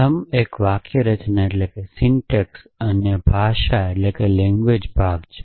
પ્રથમ એક વાક્યરચના અથવા ભાષા ભાગ છે